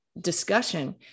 discussion